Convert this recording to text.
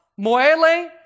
Moele